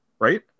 Right